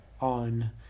on